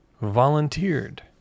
volunteered